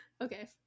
Okay